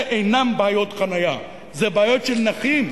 אלה אינן בעיות חנייה, אלה בעיות של נכים,